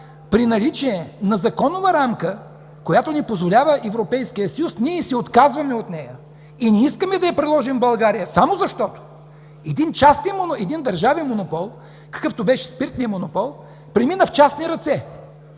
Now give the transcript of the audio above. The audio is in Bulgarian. при наличие на законова рамка, която ни позволява Европейският съюз, ние се отказваме от нея и не искаме да я приложим в България само защото един държавен монопол, какъвто беше спиртният монопол, премина в частни ръце.